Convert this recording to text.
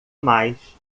mais